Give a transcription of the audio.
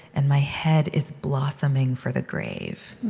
and my head is blossoming for the grave.